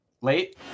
late